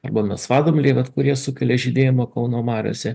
arba melsvadumbliai kurie sukelia žydėjimą kauno mariose